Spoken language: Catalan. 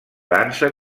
dansa